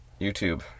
YouTube